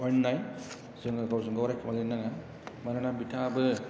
अयनाय जोङो गावजों गाव रायखोमा लायनो नाङा मानोना बिथाङाबो